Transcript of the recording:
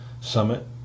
summit